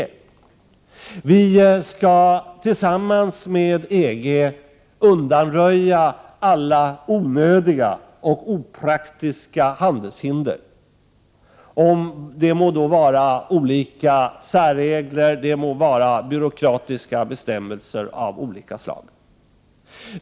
Sverige skall tillsammans med EG undanröja alla onödiga och opraktiska handelshinder — det må vara olika särregler eller byråkratiska bestämmelser av olika slag.